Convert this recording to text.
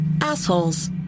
Assholes